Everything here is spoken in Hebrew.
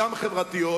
גם חברתיות.